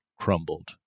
crumbled